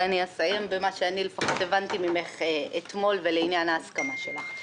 ואני אסיים במה שאני לפחות הבנתי ממך אתמול ולעניין ההסכמה שלך,